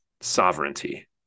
sovereignty